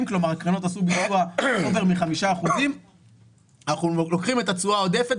כלומר הקרנות עשו תשואה מעל 5% אנחנו לוקחים את התשואה העודפת,